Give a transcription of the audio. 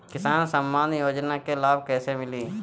किसान सम्मान योजना के लाभ कैसे मिली?